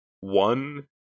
One